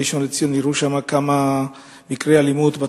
אירעו בתקופה האחרונה בראשון-לציון כמה מקרי אלימות.